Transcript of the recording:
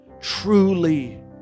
truly